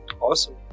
Awesome